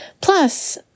Plus